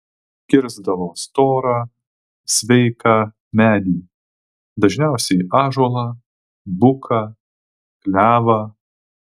kirsdavo storą sveiką medį dažniausiai ąžuolą buką klevą